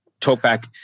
talkback